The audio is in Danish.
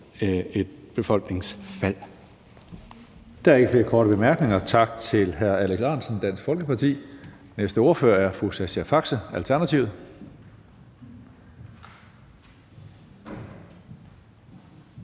(Karsten Hønge): Der er ikke flere korte bemærkninger. Tak til hr. Alex Ahrendtsen, Dansk Folkeparti. Næste ordfører er fru Sascha Faxe, Alternativet.